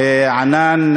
ענאן,